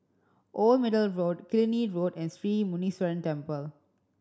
Old Middle Road Killiney Road and Sri Muneeswaran Temple